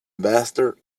master